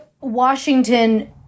Washington